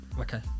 okay